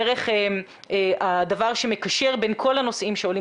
דרך הדבר שמקשר בין כל הנושאים שעולים